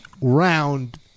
round